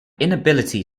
inability